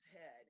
head